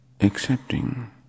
Accepting